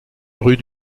rue